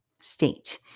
state